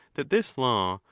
that this law,